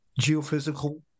geophysical